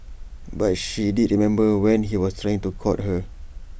but she did remember when he was trying to court her